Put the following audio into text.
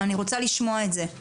אני רוצה לשמוע את זה.